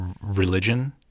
religion